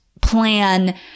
plan